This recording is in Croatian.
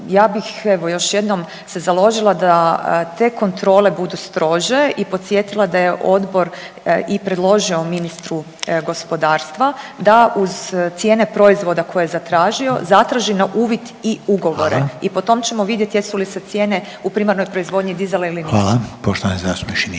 ja bih evo još jednom se založila da te kontrole budu strože i podsjetila da je odbor i predložio ministru gospodarstva da uz cijene proizvoda koje je zatražio zatraži na uvid i ugovore … …/Upadica Reiner: Hvala./… … i po tom ćemo vidjeti jesu li se cijene u primarnoj proizvodnji dizale ili nisu. **Reiner, Željko